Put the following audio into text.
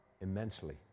immensely